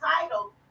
title